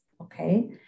Okay